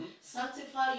sanctify